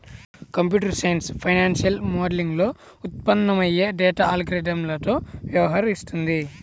computer science financial మోడలింగ్లో ఉత్పన్నమయ్యే data అల్గారిథమ్లతో వ్యవహరిస్తుంది